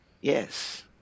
Yes